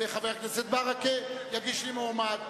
חבר הכנסת ברכה יגיש לי מועמד.